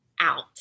out